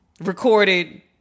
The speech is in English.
recorded